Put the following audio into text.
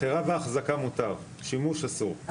מכירה ואחזקה מותר, שימוש אסור.